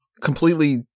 completely